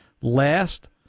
Last